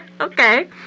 Okay